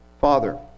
father